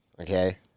okay